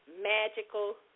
magical